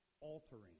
altering